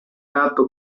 dato